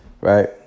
right